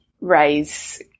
raise